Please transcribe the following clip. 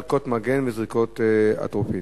ערכות מגן וזריקות אטרופין.